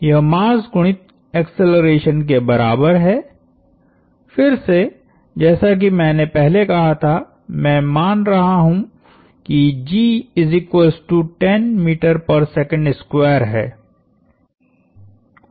यह मास गुणित एक्सेलरेशन के बराबर है फिर से जैसा कि मैंने पहले कहा था मैं मान रहा हु कि है